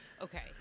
Okay